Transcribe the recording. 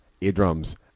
Eardrums